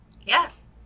yes